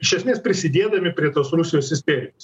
iš esmės prisidėdami prie tos rusijos isterijos